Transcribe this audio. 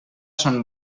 són